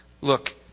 Look